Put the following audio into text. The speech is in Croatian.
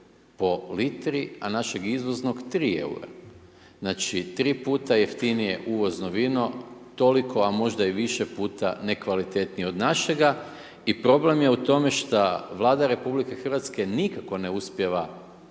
po litri a našeg izvoznog 3 eura. Znači 3x jeftinije uvozno vino toliko a možda i više puta nekvalitetnije od našega. I problem je u tome što Vlada RH nikako ne uspijeva